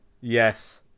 Yes